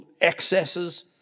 excesses